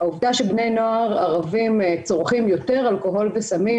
העובדה שבני הנוער הערבים צורכים יותר אלכוהול וסמים